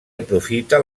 aprofita